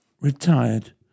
retired